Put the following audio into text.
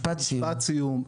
משפט סיום.